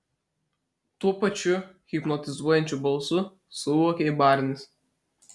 tuo pačiu hipnotizuojančiu balsu suokė barnis